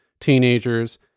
teenagers